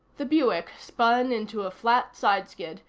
the buick spun into a flat sideskid,